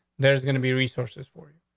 there's gonna be resources for you.